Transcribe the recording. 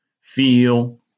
feel